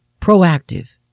proactive